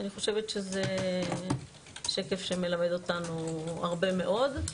אני חושבת שזה שקף שמלמד אותנו הרבה מאוד.